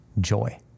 Joy